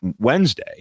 Wednesday